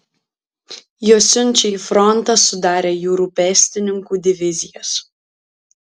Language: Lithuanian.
juos siunčia į frontą sudarę jūrų pėstininkų divizijas